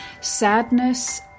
Sadness